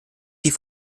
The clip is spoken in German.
die